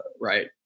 right